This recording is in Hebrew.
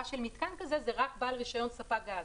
של מתקן כזה זה רק בעל רישיון ספק גז.